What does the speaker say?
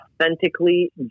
authentically